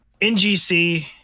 NGC